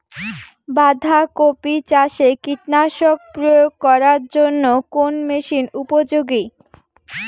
বাঁধা কপি চাষে কীটনাশক প্রয়োগ করার জন্য কোন মেশিন উপযোগী?